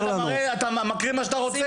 לא, אבל אתה מראה, אתה מקריא מה שאתה רוצה.